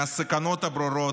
מהסכנות הברורות,